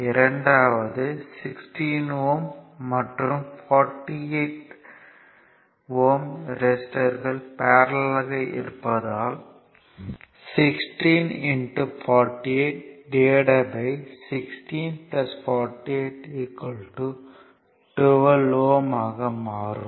இரண்டாவது 16 Ω மற்றும் 48 Ω ரெசிஸ்டர்கள் பேரல்லல் ஆக இருப்பதால் 16 4816 48 12 Ω ஆக மாறும்